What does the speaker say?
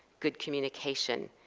good communication,